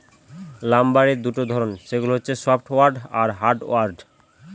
লাম্বারের দুটা ধরন, সেগুলো হচ্ছে সফ্টউড আর হার্ডউড